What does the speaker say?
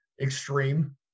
extreme